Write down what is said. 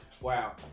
Wow